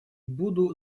буду